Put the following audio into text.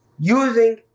using